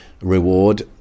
reward